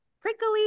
prickly